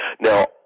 Now